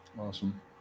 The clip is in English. Awesome